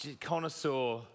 connoisseur